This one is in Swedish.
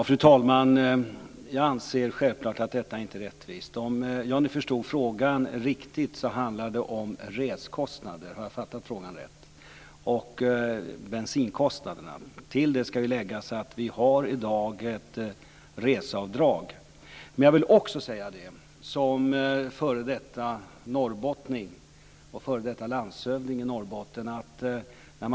Fru talman! Jag anser självklart inte att det är rättvist. Frågan gäller såvitt jag förstår resekostnader. Jag vill peka på att det i dag finns möjlighet att göra reseavdrag. Jag vill som f.d. norrbottning och f.d. landshövding i Norrbotten också säga följande.